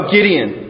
Gideon